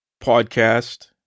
podcast